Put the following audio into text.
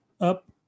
up